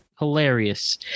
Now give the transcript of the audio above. hilarious